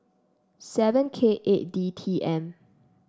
seven K eight D T M